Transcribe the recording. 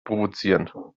provozieren